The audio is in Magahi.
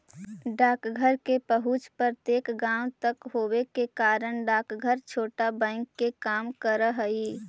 डाकघर के पहुंच प्रत्येक गांव तक होवे के कारण डाकघर छोटा बैंक के काम करऽ हइ